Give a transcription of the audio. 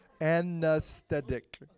Anesthetic